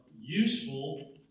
useful